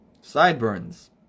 sideburns